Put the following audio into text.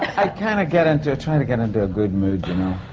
i kind of get into. i try to get into a good mood, you know.